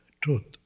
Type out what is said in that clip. Truth